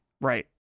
right